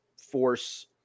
force